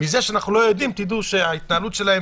מתוך זה שאנחנו לא יודעים, תדעו מה ההתנהלות שלהם.